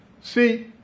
See